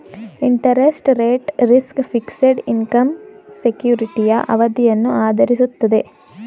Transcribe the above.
interest rate risk, fixed income ಸೆಕ್ಯೂರಿಟಿಯ ಅವಧಿಯನ್ನು ಆಧರಿಸಿರುತ್ತದೆ